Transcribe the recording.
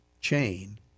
chain